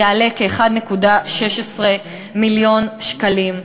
יעלה כ-1.16 מיליון שקלים.